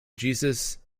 jesus